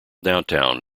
downtown